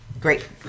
Great